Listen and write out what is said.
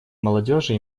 молодежи